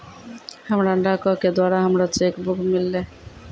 हमरा डाको के द्वारा हमरो चेक बुक मिललै